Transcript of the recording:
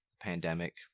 pandemic